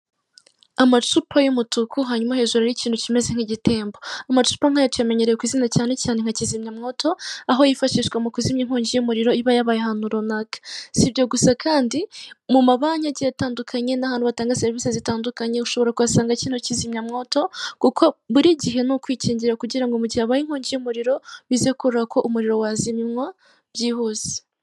Amacupa y'umutuku hanyuma hejuru y'ikintu kimeze nk'igitemba. Amacupa nkaya tuyamenyereye ku izina cyane cyane nka kizimya moto aho yifashishwa mu kuzimya inkongi y'umuriro iba yabaye ahantu runaka sibyo gusa kandi, mu mabanki igiye atandukanye n'ahantu hatanga serivisi zitandukanye ushobora kugasanga kino kizimyamwoto, kuko buri gihe habaye inkongi y'umuriro bize koroha ko umuriro wazinywa byihuse.